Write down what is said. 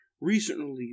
Recently